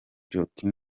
joachim